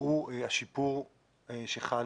הוא השיפור שחל